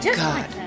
god